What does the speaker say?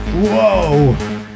Whoa